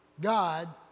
God